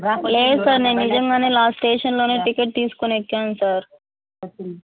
లేదు సార్ నేను నిజంగానే లాస్ట్ స్టేషన్లోనే టికెట్ తీసుకొని ఎక్కాను సార్